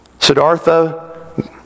Siddhartha